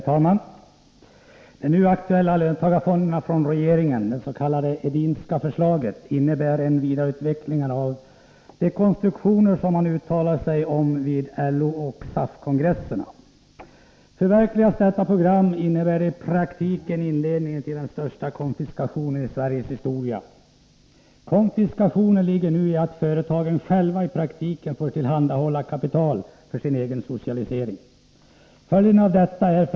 Herr talman! De nu aktuella löntagarfonderna från regeringen, det s.k. Edinska förslaget, innebär vidareutvecklingar av de konstruktioner som man uttalade sig för vid LO och SAF-kongresserna. Förverkligas detta program innebär det i praktiken inledningen till den Nr 54 största konfiskationen i Sveriges historia. Konfiskationen ligger nu i att Tisdagen den företagen själva i praktiken får tillhandahålla kapital för sin egen 20 december 1983 socialisering.